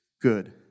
good